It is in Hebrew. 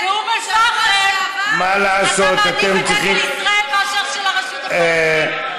באום אל-פחם אתה מעדיף את דגל ישראל מאשר של הרשות הפלסטינית.